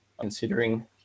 considering